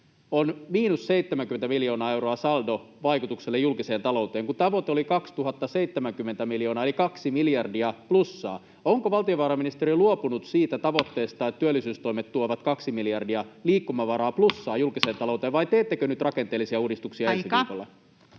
on miinus 70 miljoonaa euroa julkisen talouden vaikutuksiin, kun tavoite oli 2 070 miljoonaa eli 2 miljardia plussaa. Onko valtiovarainministeriö luopunut siitä tavoitteesta, että työllisyystoimet tuovat 2 miljardia liikkumavaraa, plussaa, julkiseen talouteen, vai teettekö niitä rakenteellisia uudistuksia ensi viikolla?